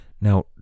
Now